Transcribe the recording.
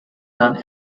done